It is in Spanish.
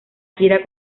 gira